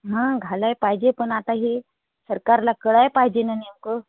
हां घालायला पाहिजे पण आता हे सरकारला कळायला पाहिजे ना नेमकं